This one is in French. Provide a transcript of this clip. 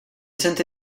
saint